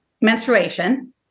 menstruation